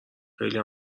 خلی